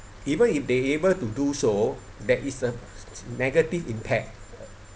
even if they able to do so there is a negative impact